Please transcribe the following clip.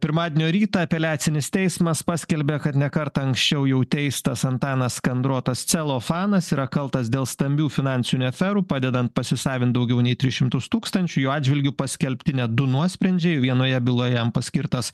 pirmadienio rytą apeliacinis teismas paskelbė kad ne kartą anksčiau jau teistas antanas kandrotas celofanas yra kaltas dėl stambių finansinių aferų padedant pasisavint daugiau nei tris šimtus tūkstančių jų atžvilgiu paskelbti net du nuosprendžiai vienoje byloj jam paskirtas